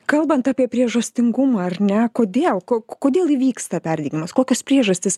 kalbant apie priežastingumą ar ne kodėl kodėl įvyksta perdegimas kokios priežastys